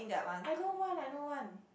I don't want I don't want